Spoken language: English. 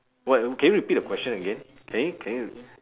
what can you repeat the question again can you can you